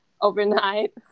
overnight